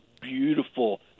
beautiful